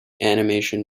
animation